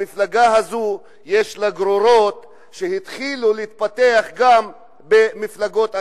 המפלגה הזאת יש לה גרורות שהתחילו להתפתח גם במפלגות אחרות,